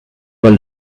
while